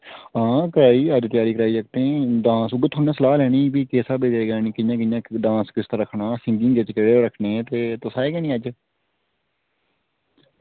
आं कराई जागतें ई डांस कराया आं उ'ऐ थुआढ़े कशा सलाह् लैनी ही किस स्हाबै दा डांस कि'यां कि'यां रक्खना ते सिंगिंग बिच जगह रक्खनी ते तुस आये गै निं अज्ज